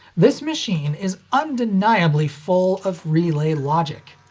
this machine is undeniably full of relay logic.